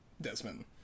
Desmond